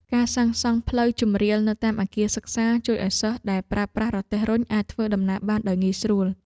ការសាងសង់ផ្លូវជម្រាលនៅតាមអគារសិក្សាជួយឱ្យសិស្សដែលប្រើប្រាស់រទេះរុញអាចធ្វើដំណើរបានដោយងាយស្រួល។